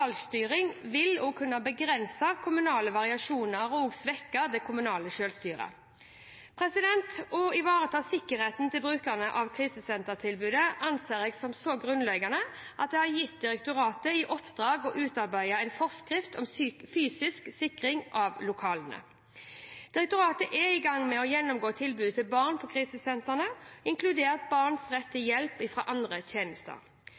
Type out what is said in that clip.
detaljstyring vil kunne begrense kommunal variasjon og svekke det kommunale selvstyret. Å ivareta sikkerheten til brukerne av krisesentertilbudet anser jeg som så grunnleggende at jeg har gitt Bufdir i oppdrag å utarbeide en forskrift om fysisk sikring av lokalene. Direktoratet er i gang med å gjennomgå tilbudet til barn på krisesentrene, inkludert barns rett til hjelp fra andre tjenester.